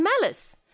malice